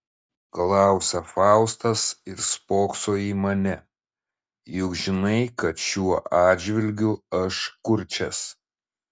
klausia faustas ir spokso į mane juk žinai kad šiuo atžvilgiu aš kurčias